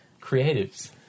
creatives